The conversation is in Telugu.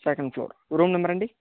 సెకండ్ ఫ్లోర్ రూమ్ నెంబర్ అండి